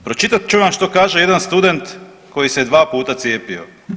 Pročitat ću vam što kaže jedan student koji se 2 puta cijepio.